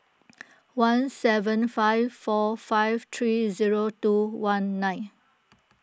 one seven five four five three zero two one nine